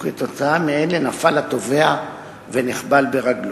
וכתוצאה מאלה נפל התובע ונחבל ברגלו.